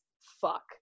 fuck